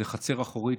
שזאת חצר אחורית,